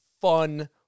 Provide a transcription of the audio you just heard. fun